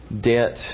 Debt